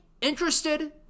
interested